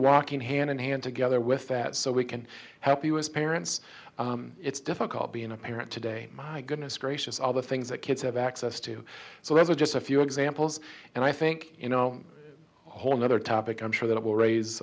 walking hand in hand together with that so we can help you as parents it's difficult being a parent today my goodness gracious all the things that kids have access to so those are just a few examples and i think you know whole nother topic i'm sure that it will raise